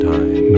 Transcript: Time